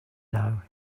know